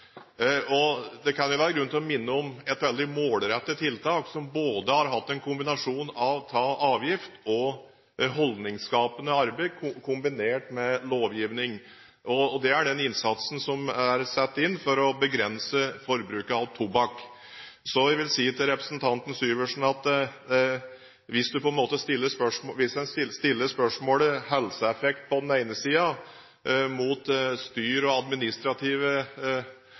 Det kan være grunn til å minne om et veldig målrettet tiltak, som har hatt en kombinasjon av avgift og holdningsskapende arbeid kombinert med lovgivning: Det er den innsatsen som er satt inn for å begrense forbruket av tobakk. Jeg vil si til representanten Syversen at hvis en setter spørsmålet om helseeffekt på den ene siden opp mot styr og administrative forhold på den